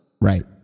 Right